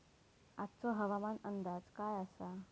आजचो हवामान अंदाज काय आसा?